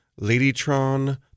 Ladytron